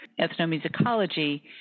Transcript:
ethnomusicology